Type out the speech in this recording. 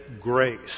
grace